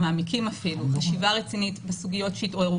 מעמיקים אפילו, חשיבה רצינית בסוגיות שהתעוררו.